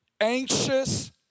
anxious